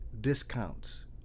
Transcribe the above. discounts